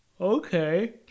Okay